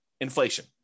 Inflation